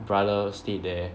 brother stayed there